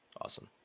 Awesome